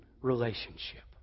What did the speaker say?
relationship